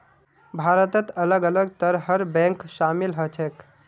भारतत अलग अलग तरहर बैंक शामिल ह छेक